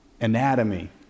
Anatomy